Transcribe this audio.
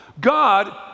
God